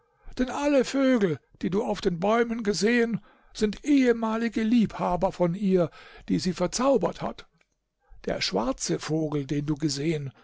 denn alle vögel die du auf den bäumen gesehen sind ehemalige liebhaber von ihr die sie verzaubert hat der schwarze vogel den du gesehen